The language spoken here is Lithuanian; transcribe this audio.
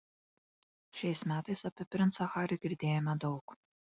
šiais metais apie princą harį girdėjome daug